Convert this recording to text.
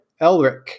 Elric